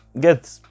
get